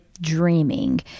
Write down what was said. dreaming